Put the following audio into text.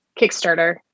Kickstarter